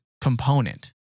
component